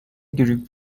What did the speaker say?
گریپ